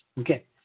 Okay